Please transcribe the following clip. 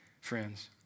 friends